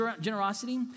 generosity